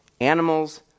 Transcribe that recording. Animals